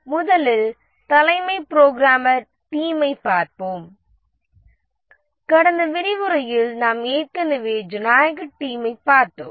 முதலில் தலைமை புரோகிராமர் டீமைப் பார்ப்போம் கடந்த விரிவுரையில் நாம் ஏற்கனவே ஜனநாயகக் டீமைப் பார்த்தோம்